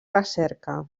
recerca